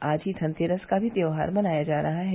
आज ही धरतेरस का भी त्योहर मनाया जा रहा है